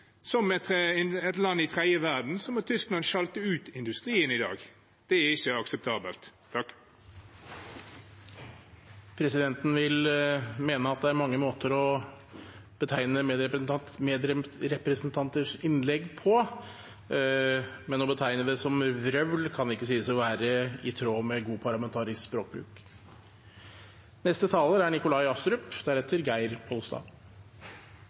Som et land i tredje verden må Tyskland sjalte ut industrien i dag. Det er ikke akseptabelt. Presidenten vil mene at det er mange måter å betegne medrepresentanters innlegg på, men å betegne det som «vrøvl» kan ikke sies å være i tråd med god parlamentarisk språkbruk. Jeg skal forsøke å unngå å bruke ordet «vrøvl» fra talerstolen. Representanten Pollestad